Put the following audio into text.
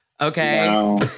Okay